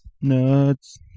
nuts